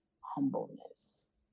humbleness